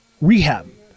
rehab